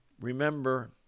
Remember